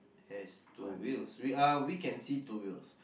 has two wheels we are we can see two wheels